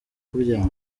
kuryama